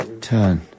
turn